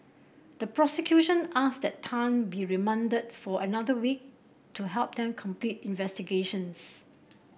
the prosecution asked that Tan be remanded for another week to help them complete investigations